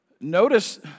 Notice